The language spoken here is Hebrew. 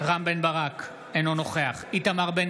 רם בן ברק, אינו נוכח איתמר בן